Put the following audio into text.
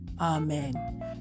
Amen